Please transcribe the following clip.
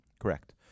Correct